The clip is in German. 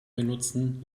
benutzen